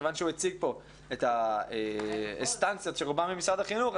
מכיוון שהוא הציג כאן את האינסטנציות שרובן ממשרד החינוך,